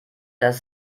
das